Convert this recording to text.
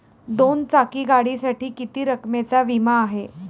दोन चाकी गाडीसाठी किती रकमेचा विमा आहे?